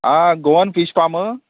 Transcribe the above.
आ Goan fish फाम